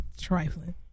trifling